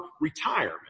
retirement